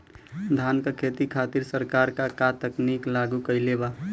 धान क खेती खातिर सरकार का का तकनीक लागू कईले बा?